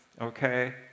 okay